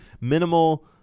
Minimal